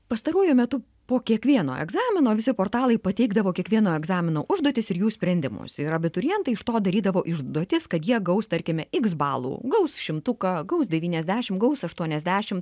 pastaruoju metu po kiekvieno egzamino visi portalai pateikdavo kiekvieno egzamino užduotis ir jų sprendimus ir abiturientai iš to darydavo išduotis kad jie gaus tarkime iks balų gaus šimtuką gaus devyniasdešimt gaus aštuoniasdešimt